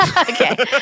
Okay